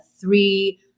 three